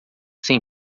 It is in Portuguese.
sem